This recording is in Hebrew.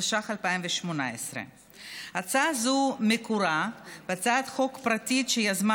התשע"ח 2018. הצעה זו מקורה בהצעת חוק פרטית שיזמה